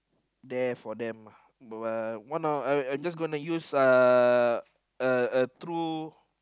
there for them uh one I I just gonna use uh a a true